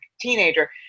teenager